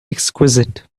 exquisite